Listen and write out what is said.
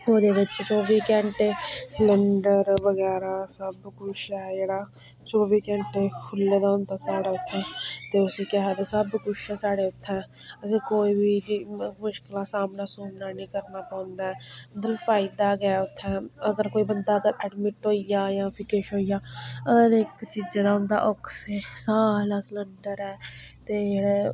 ओह्दे बिच्च चौबी घैंटे सैलंडर बगैरा सब कुछ ऐ जेह्ड़ा चौबी घैंटे खुल्ले दा होंदा साढ़ै उत्थें ते उसी केह् आखदे सब कुछ साढ़ै उत्थे असें कोई बी मुश्कलां दा सामना सुमना नी करना पौंदा उद्धर फायदा गै उत्थें अगर कोई बंदा ऐडमिट होई जा जां फ्ही किश होई जा हर इक चीज़ा दा उंदा आक्सी साह् आह्ला सिलिंडर ऐ ते जेह्ड़ा